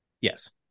Yes